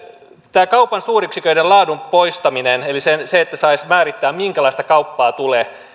tämä kaupan suuryksiköiden laadun poistaminen eli sen että saisi määrittää minkälaista kauppaa tulee